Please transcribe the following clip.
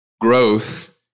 Growth